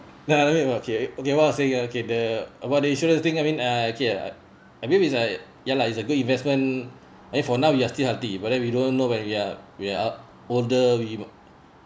now let me okay okay what I was saying okay the about the insurance thing I mean uh okay uh I mean it's like ya lah it's a good investment I mean for now we are still healthy but then we don't know when we are we are up older we